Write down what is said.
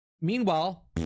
Meanwhile